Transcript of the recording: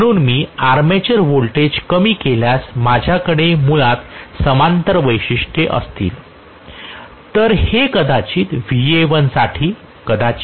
म्हणून मी armature voltage कमी केल्यास माझ्याकडे मुळात समांतर वैशिष्ट्ये असतील